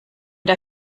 der